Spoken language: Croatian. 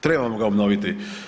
Trebamo ga obnoviti.